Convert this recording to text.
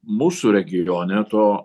mūsų regione to